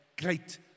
Great